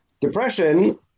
depression